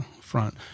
front